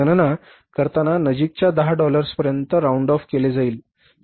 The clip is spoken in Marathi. व्याज गणना करताना नजीकच्या 10 डॉलर्सपर्यंत round of केले जाईल